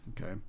Okay